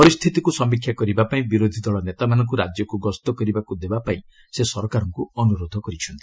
ପରିସ୍ଥିତିକୁ ସମୀକ୍ଷା କରିବାପାଇଁ ବିରୋଧି ଦଳ ନେତାମାନଙ୍କୁ ରାଜ୍ୟକୁ ଗସ୍ତ କରିବାକୁ ଦେବାପାଇଁ ସେ ସରକାରଙ୍କୁ ଅନୁରୋଧ କରିଛନ୍ତି